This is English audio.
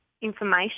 information